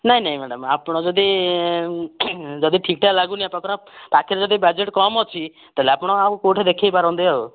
ନାହିଁ ନାହିଁ ମ୍ୟାଡ଼ାମ୍ ଆପଣ ଯଦି ଯଦି ଠିକ୍ଠାକ୍ ଲାଗୁନି ଆପଣଙ୍କର ପାଖରେ ଯଦି ବଜେଟ୍ କମ୍ ଅଛି ତା'ହେଲେ ଆପଣ ଆଉ କେଉଁଠି ଦେଖାଇ ପାରନ୍ତି ଆଉ